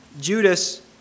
Judas